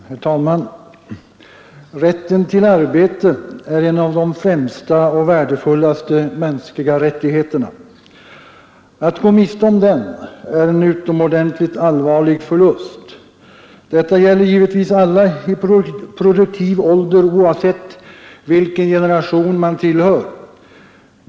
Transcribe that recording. Herr talman! Rätten till arbete är en av de främsta och värdefullaste mär kliga rättigheterna. Att gå miste om den är en utomordentligt allvarlig förlust. Detta gäller givetvis alla i produktiv ålder, oavsett vilken generation de tillhör.